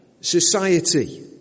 society